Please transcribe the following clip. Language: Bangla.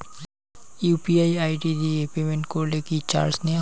ইউ.পি.আই আই.ডি দিয়ে পেমেন্ট করলে কি চার্জ নেয়া হয়?